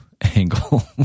angle